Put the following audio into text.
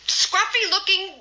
scruffy-looking